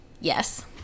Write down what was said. Yes